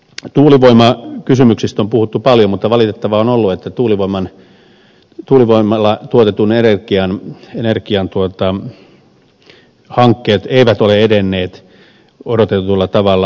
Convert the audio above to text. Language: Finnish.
tuulivoimakysymyksistä on puhuttu paljon mutta valitettavaa on ollut että tuulivoimalla tuotetun energian hankkeet eivät ole edenneet odotetulla tavalla